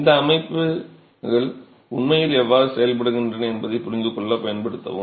இந்த அமைப்புகள் உண்மையில் எவ்வாறு செயல்படுகின்றன என்பதைப் புரிந்துகொள்ள பயன்படுத்தவும்